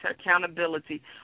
accountability